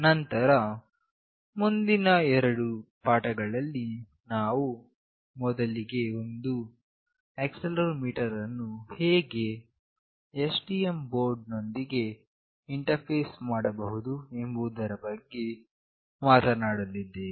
ನಂತರ ಮುಂದಿನ ಎರಡು ಪಾಠಗಳಲ್ಲಿ ನಾನು ಮೊದಲಿಗೆ ನಾವು ಒಂದು ಆಕ್ಸೆಲೆರೋಮೀಟರ್ ಅನ್ನು ಹೇಗೆ STM ಬೋರ್ಡ್ ನೊಂದಿಗೆ ಇಂಟರ್ಫೇಸ್ ಮಾಡಬಹುದು ಎಂಬುದರ ಬಗ್ಗೆ ಮಾತನಾಡಲಿದ್ದೇವೆ